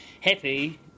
happy